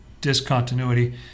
discontinuity